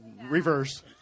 Reverse